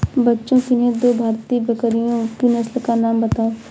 बच्चों किन्ही दो भारतीय बकरियों की नस्ल का नाम बताओ?